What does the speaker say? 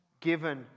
given